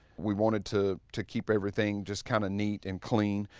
we wanted to to keep everything just kind of neat and clean,